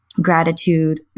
gratitude